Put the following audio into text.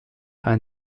ein